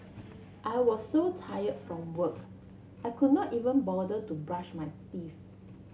I was so tired from work I could not even bother to brush my teeth